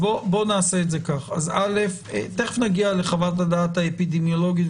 תכף נגיע לחוות הדעת האפידמיולוגית,